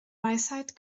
weisheit